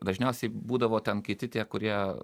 dažniausiai būdavo ten kiti tie kurie